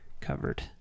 covered